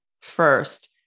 first